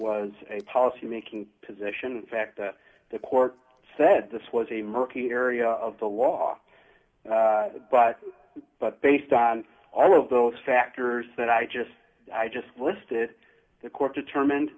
was a policy making position fact that the court said this was a murky area of the law but but based on all of those factors that i just i just listed the court determined